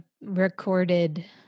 recorded